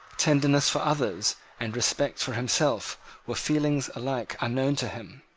tenderness for others and respect for himself were feelings alike unknown to him.